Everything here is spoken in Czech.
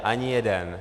Ani jeden.